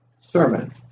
sermon